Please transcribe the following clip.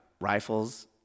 rifles